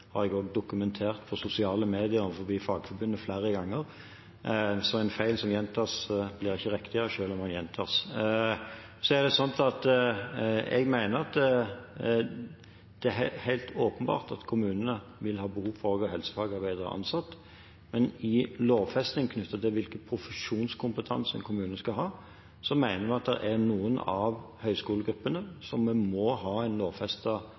har jeg også dokumentert på sosiale medier og til Fagforbundet flere ganger. En feil som gjentas blir ikke riktig selv om den gjentas. Det er helt åpenbart at kommunene vil ha behov for også å ha helsefagarbeidere ansatt. Men i lovfesting knyttet til hvilken profesjonskompetanse en kommune skal ha, mener vi at for noen av høyskolegruppene må vi ha